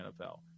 NFL